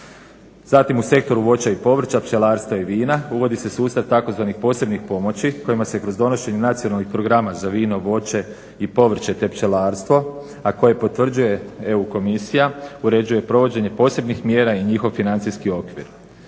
Zatim u sektoru voća i povrća, pčelarstva i vina uvodi se sustav tzv. posebnih pomoći kojima se kroz donošenje nacionalnih programa za vino, voće i povrće te pčelarstvo, a koje potvrđuje EU komisija uređuje provođenje posebnih mjera i njihov financijski okvir.